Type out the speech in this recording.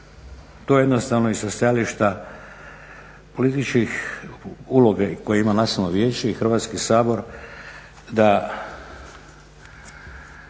da to jednostavno i sa stajališta političke uloge koju ima Nacionalno vijeće i Hrvatski sabor, da